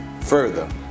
further